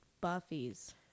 Buffy's